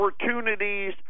Opportunities